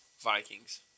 Vikings